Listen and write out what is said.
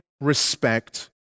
respect